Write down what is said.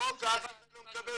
בסורוקה אף אחד לא מקבל רישיון,